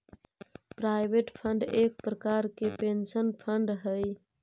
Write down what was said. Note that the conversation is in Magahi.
प्रोविडेंट फंड एक प्रकार के पेंशन फंड हई